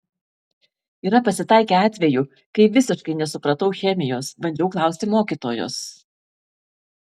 yra pasitaikę atvejų kai visiškai nesupratau chemijos bandžiau klausti mokytojos